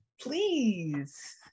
Please